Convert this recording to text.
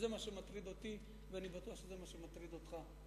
זה מה שמטריד אותי, ואני בטוח שזה מטריד אותך.